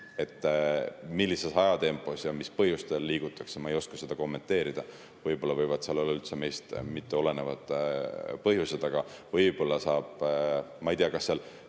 millises ajatempos ja mis põhjustel liigutakse, ma ei oska kommenteerida. Võib‑olla võivad seal olla üldse meist mitteolenevad põhjused. Aga võib‑olla – ma ei tea, kas ja